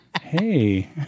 hey